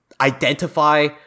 identify